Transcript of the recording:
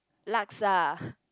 laksa